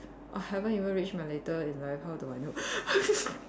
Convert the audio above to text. I haven't even reach my later in life how do I know